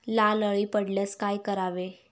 लाल अळी पडल्यास काय करावे?